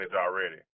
already